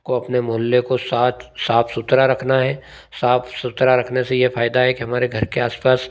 को अपने मोहल्ले को साथ साफ सुथरा रखना है साफ सुथरा रखने से यह फ़ायदा है कि हमारे घर के आसपास